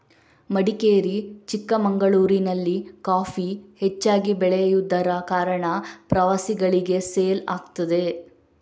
ಮಡಿಕೇರಿ, ಚಿಕ್ಕಮಗಳೂರಿನಲ್ಲಿ ಕಾಫಿ ಹೆಚ್ಚು ಬೆಳೆಯುದರ ಕಾರಣ ಪ್ರವಾಸಿಗಳಿಗೆ ಸೇಲ್ ಆಗ್ತದೆ